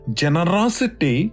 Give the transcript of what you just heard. generosity